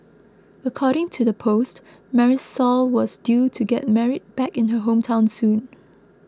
according to the post Marisol was due to get married back in her hometown soon